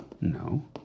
No